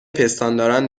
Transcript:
پستانداران